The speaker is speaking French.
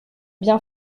bien